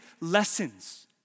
lessons